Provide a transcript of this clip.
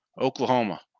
Oklahoma